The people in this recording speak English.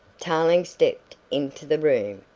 tarling stepped into the room,